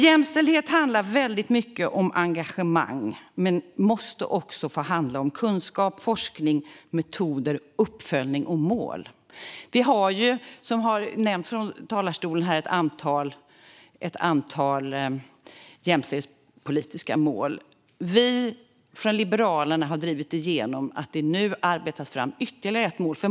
Jämställdhet handlar väldigt mycket om engagemang men måste också få handla om kunskap, forskning, metoder, uppföljning och mål. Vi har, som har nämnts från talarstolen, ett antal jämställdhetspolitiska mål. Vi från Liberalerna har drivit igenom att det nu arbetas fram ytterligare ett mål.